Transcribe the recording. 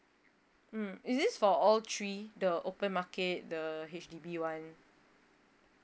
mm is this for all three the open market the H_D_B one